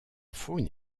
faune